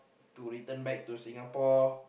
to return back to Singapore